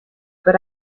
but